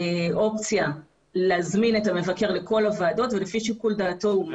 האופציה להזמין את המבקר לכל הוועדות ולפי שיקול דעתו הוא מגיע.